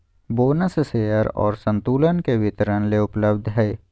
bonus share और संतुलन के वितरण ले उपलब्ध हइ